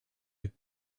you